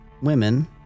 women